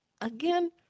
Again